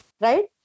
right